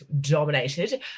dominated